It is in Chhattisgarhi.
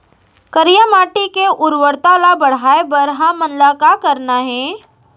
करिया माटी के उर्वरता ला बढ़ाए बर हमन ला का करना हे?